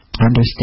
Understand